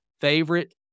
favorite